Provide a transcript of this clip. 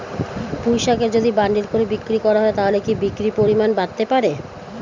পুঁইশাকের যদি বান্ডিল করে বিক্রি করা হয় তাহলে কি বিক্রির পরিমাণ বাড়তে পারে?